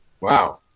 Wow